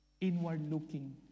inward-looking